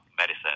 medicine